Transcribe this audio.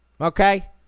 Okay